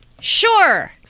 Sure